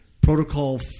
protocol